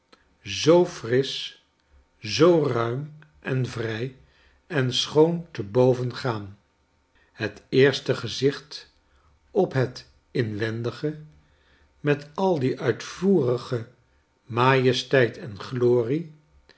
zoo frisch zoo ruim en vrij en schoon te boven gaan het eerste gezicht op het inwendige met al die uitvoerige majesteit en glorie